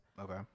Okay